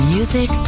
Music